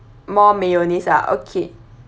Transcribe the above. more mayonnaise ah okay